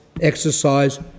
exercise